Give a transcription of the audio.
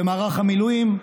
במערך המילואים,